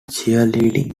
cheerleading